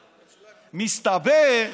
מסתבר,